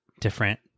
different